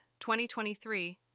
2023